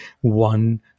one